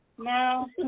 no